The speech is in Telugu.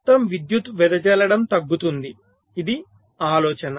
మొత్తం విద్యుత్ వెదజల్లడం తగ్గుతుంది ఇది ఆలోచన